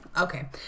Okay